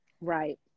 right